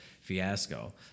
fiasco